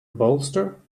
bolster